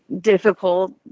difficult